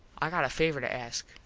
i got a favor to ask.